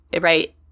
right